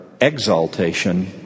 exaltation